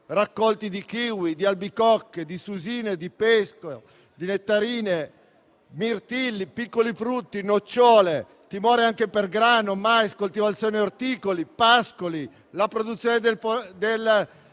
raccolti di kiwi, di albicocche, di susine, di pesco, di nettarine, mirtilli, piccoli frutti, nocciole, con timore anche per grano, mais, coltivazioni orticole, pascoli, la produzione del